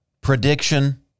prediction